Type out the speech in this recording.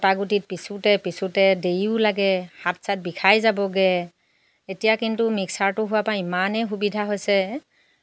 পিছোঁতে দেৰিও লাগে হাত চাত বিষাই যাবগৈ এতিয়া কিন্তু মিক্সাৰটো হোৱাৰ পৰা ইমানেই সুবিধা হৈছে